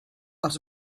els